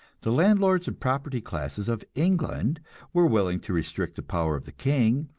the landlords and propertied classes of england were willing to restrict the power of the king,